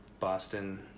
Boston